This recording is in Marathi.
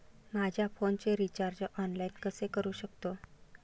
माझ्या फोनचे रिचार्ज ऑनलाइन कसे करू शकतो?